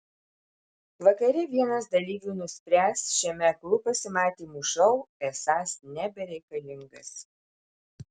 vakare vienas dalyvių nuspręs šiame aklų pasimatymų šou esąs nebereikalingas